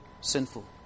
sinful